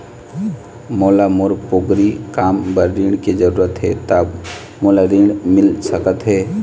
मोला मोर पोगरी काम बर ऋण के जरूरत हे ता मोला ऋण मिल सकत हे?